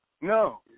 No